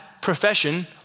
profession